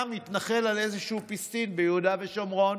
מתנחל על איזשהו פיסטין ביהודה ושומרון,